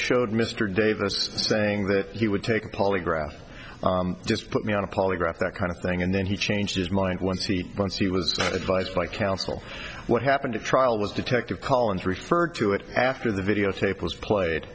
showed mr davis saying that he would take a polygraph just put me on a polygraph that kind of thing and then he changed his mind once he once he was advised by counsel what happened to trial was detective collins referred to it after the videotape was played